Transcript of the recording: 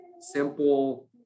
simple